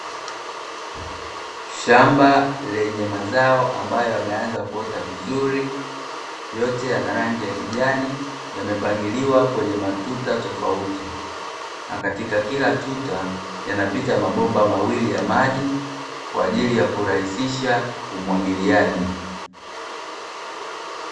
Shamba lenye mazao ambayo yameanza kuota vizuri, yote yana rangi ya kijani, yamepangiliwa kwenye matuta tofauti na katika kila tuta yanapita mabomba mawili ya maji kwa ajili ya kurahisisha umwagiliaji.